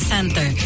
Center